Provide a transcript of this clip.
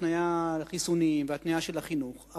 התניה של חיסונים והתניה של החינוך.